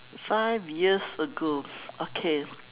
five years ago okay